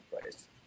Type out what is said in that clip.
place